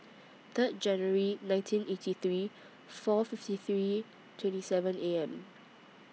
Third January nineteen eighty three four fifty three twenty seven A M